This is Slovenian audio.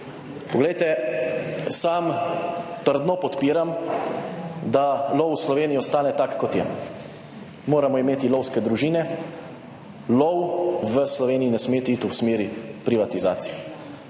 (nadaljevanje) podpiram, da lov v Sloveniji ostane tak kot je. Moramo imeti lovske družine, lov v Sloveniji ne sme iti v smeri privatizacije.